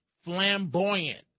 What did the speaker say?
flamboyant